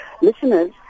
listeners